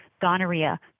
gonorrhea